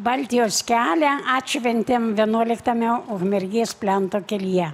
baltijos kelią atšventėm vienuoliktame ukmergės plento kelyje